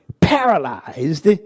paralyzed